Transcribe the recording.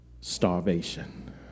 starvation